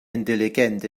intelligent